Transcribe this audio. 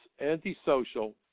antisocial